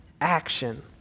action